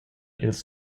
ils